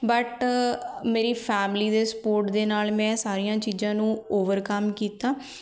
but ਮੇਰੀ family ਦੇ support ਦੇ ਨਾਲ ਮੈਂ ਸਾਰੀਆਂ ਚੀਜ਼ਾਂ ਨੂੰ ਓਵਰਕਮ ਕੀਤਾ